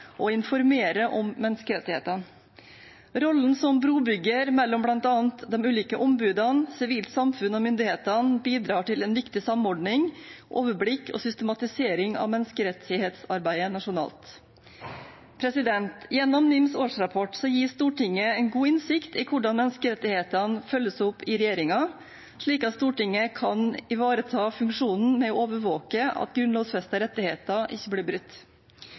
og informere om menneskerettighetene. Rollen som brobygger mellom bl.a. de ulike ombudene, sivilt samfunn og myndighetene bidrar til en viktig samordning, overblikk og systematisering av menneskerettighetsarbeidet nasjonalt. Gjennom NIMs årsrapport gis Stortinget en god innsikt i hvordan menneskerettighetene følges opp i regjeringen, slik at Stortinget kan ivareta funksjonen med å overvåke at grunnlovfestede rettigheter ikke blir brutt.